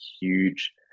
huge